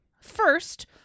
First